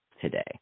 today